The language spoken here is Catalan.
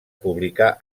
publicar